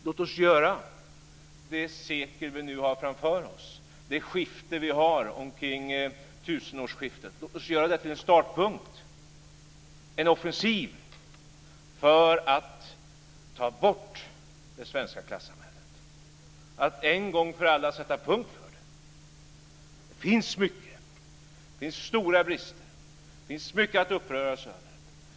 Låt oss göra det sekel som vi nu har framför oss och tusenårsskiftet till en startpunkt, en offensiv för att ta bort det svenska klassamhället, för att en gång för alla sätta punkt för det. Det finns många och stora brister. Det finns mycket att uppröras över.